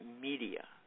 Media